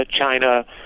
china